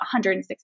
$160